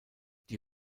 die